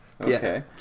Okay